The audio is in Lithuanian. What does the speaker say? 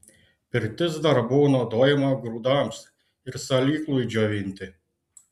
pirtis dar buvo naudojama grūdams ir salyklui džiovinti